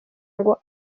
ngo